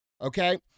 okay